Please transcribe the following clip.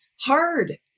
hard